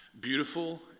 Beautiful